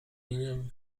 inert